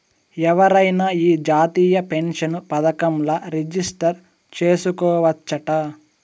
ఎవరైనా ఈ జాతీయ పెన్సన్ పదకంల రిజిస్టర్ చేసుకోవచ్చట